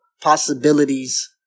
possibilities